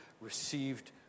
received